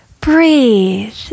Breathe